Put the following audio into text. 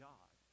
God